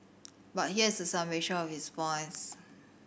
but here is a summation of his points